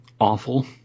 awful